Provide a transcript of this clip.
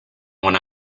when